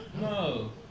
No